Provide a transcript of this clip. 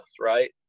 right